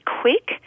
quick